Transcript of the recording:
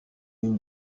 une